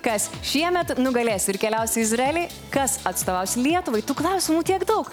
kas šiemet nugalės ir keliausi į izraelį kas atstovaus lietuvai tų klausimų tiek daug